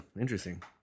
interesting